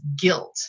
guilt